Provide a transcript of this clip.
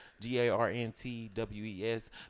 G-A-R-N-T-W-E-S